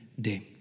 day